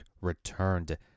returned